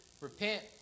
repent